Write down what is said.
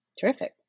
Terrific